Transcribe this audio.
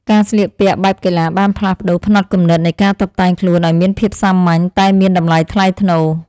ការស្លៀកពាក់បែបកីឡាបានផ្លាស់ប្តូរផ្នត់គំនិតនៃការតុបតែងខ្លួនឱ្យមានភាពសាមញ្ញតែមានតម្លៃថ្លៃថ្នូរ។